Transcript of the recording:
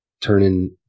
turning